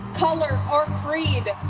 color or creed.